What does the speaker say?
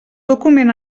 document